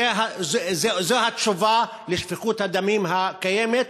זו התשובה לשפיכות הדמים הקיימת,